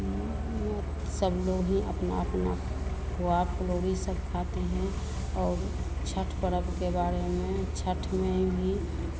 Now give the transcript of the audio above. सब लोग ही अपना अपना पुआ पिलौरी सब खाते हैं और छठ पर्व के बारे में छठ पर्व में भी